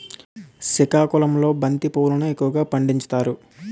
సికాకుళంలో బంతి పువ్వులును ఎక్కువగా పండించుతారు